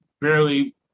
barely